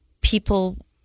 people